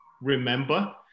remember